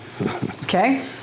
Okay